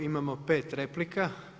Imamo 5 replika.